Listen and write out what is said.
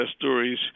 stories